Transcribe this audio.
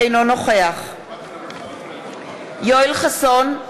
אינו נוכח יואל חסון,